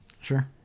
sure